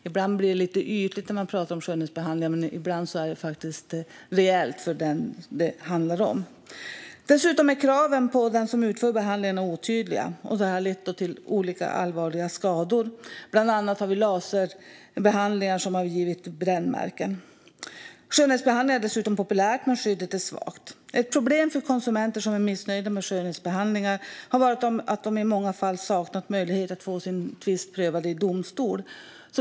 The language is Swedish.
Ibland pratar man om skönhetsbehandlingar som något ytligt, men det är faktiskt reellt för den det handlar om. Dessutom är kraven på den som utför skönhetsbehandlingar otydliga, vilket har lett till olika allvarliga skador. Bland annat har laserbehandlingar gett brännmärken. Skönhetsbehandlingar är populära, men skyddet är svagt. Ett problem för konsumenter som är missnöjda med skönhetsbehandlingar har varit att de i många fall saknat möjlighet att få sin tvist prövad i domstol.